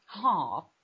half